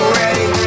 ready